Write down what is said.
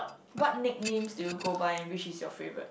what nicknames do you go by and which is your favourite